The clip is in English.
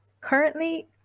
Currently